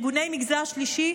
ארגוני מגזר שלישי,